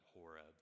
Horeb